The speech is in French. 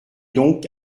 donc